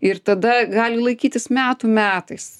ir tada gali laikytis metų metais